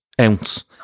ounce